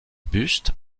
bustes